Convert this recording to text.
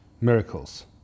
miracles